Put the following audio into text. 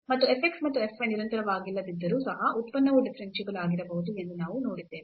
ಮತ್ತು f x ಮತ್ತು f y ನಿರಂತರವಾಗಿಲ್ಲದಿದ್ದರೂ ಸಹ ಉತ್ಪನ್ನವು ಡಿಫರೆನ್ಸಿಬಲ್ ಆಗಿರಬಹುದು ಎಂದು ನಾವು ನೋಡಿದ್ದೇವೆ